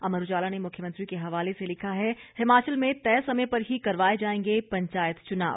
अमर उजाला ने मुख्यमंत्री के हवाले से लिखा है हिमाचल में तय समय पर ही करवाए जाएंगे पंचायत चुनाव